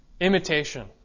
imitation